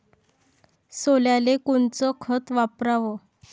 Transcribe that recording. सोल्याले कोनचं खत वापराव?